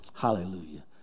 Hallelujah